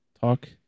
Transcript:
talk